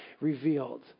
revealed